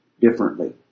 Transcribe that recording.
differently